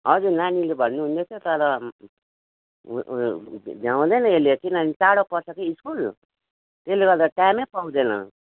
हजुर नानीले भन्नु हुँदैथ्यो तर उयो भ्याउँदैन यसले किनभने टाढो पर्छ कि स्कुल त्यसले गर्दा टाइमै पाउँदैन